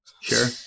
Sure